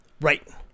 Right